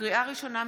לקריאה ראשונה,